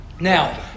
now